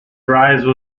rise